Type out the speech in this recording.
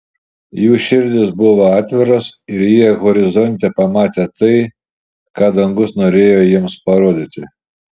jų širdys buvo atviros ir jie horizonte pamatė tai ką dangus norėjo jiems parodyti